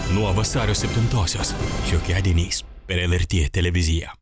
nuo vasario septintosios šiokiadieniais per lrt televiziją